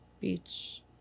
Beach